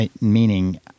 meaning